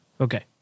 Okay